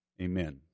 Amen